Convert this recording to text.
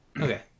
Okay